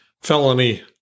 felony